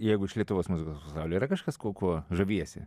jeigu iš lietuvos muzikos pasaulio yra kažkas kuo kuo žaviesi